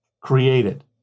created